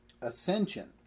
ascension